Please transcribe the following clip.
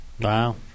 Wow